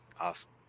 awesome